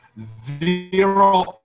zero